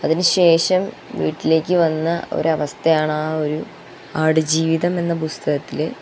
അതിനു ശേഷം വീട്ടിലേക്ക് വന്ന ഒരവസ്ഥയാണ് ആ ഒരു ആടുജീവിതം എന്ന പുസ്തകത്തില്